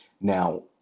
Now